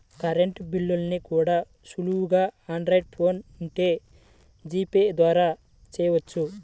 current బిల్లుల్ని కూడా సులువుగా ఆండ్రాయిడ్ ఫోన్ ఉంటే జీపే ద్వారా చెయ్యొచ్చు